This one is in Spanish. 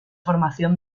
formación